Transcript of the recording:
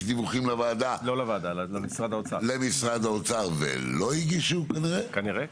דיווחים למשרד האוצר והם לא הגישו כנראה,